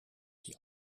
die